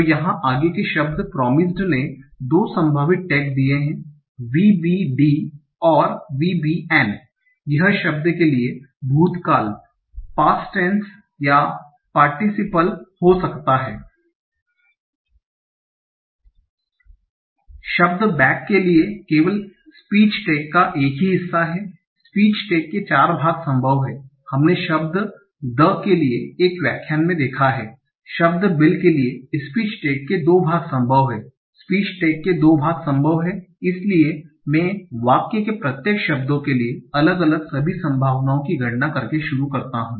तो यहाँ आगे के शब्द प्रोमिस्ड ने 2 संभावित टैग दिये है VBD और VBN यह शब्द के लिए पास्ट टेन्स या पार्टिसिपल हो सकता है शब्द बैक के लिए केवल स्पीच टैग का 1 ही हिस्सा हैं स्पीच टैग के 4 भाग संभव हैं हमने शब्द द के लिए एक व्याख्यान में देखा है शब्द बिल के लिए स्पीच टैग के 2 भाग संभव हैं स्पीच टैग के 2 भाग संभव हैं इसलिए मैं वाक्य के प्रत्येक शब्दों के लिए अलग अलग सभी संभावनाओं की गणना करके शुरू करता हूं